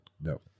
No